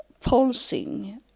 pulsing